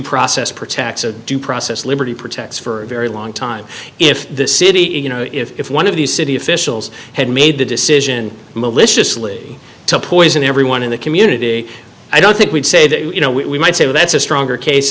process protects the due process liberty protects for a very long time if the city you know if one of these city officials had made the decision maliciously to poison everyone in the community i don't think we'd say that you know we might say that's a stronger case